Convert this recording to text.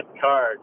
card